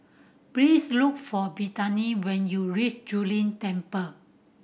please look for Brittany when you reach Zu Lin Temple